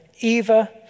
Eva